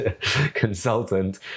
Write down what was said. consultant